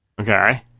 Okay